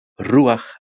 Ruach